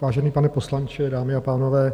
Vážený pane poslanče, dámy a pánové.